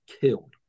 killed